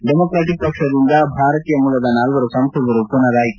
democratic ಪಕ್ಷದಿಂದ ಭಾರತೀಯ ಮೂಲದ ನಾಲ್ಲರು ಸಂಸದರು ಪುನರಾಯ್ತೆ